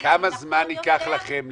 כמה זמן ייקח לכם להניח?